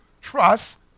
trust